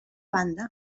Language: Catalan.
banda